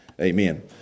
Amen